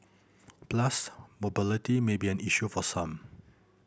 plus mobility may be an issue for some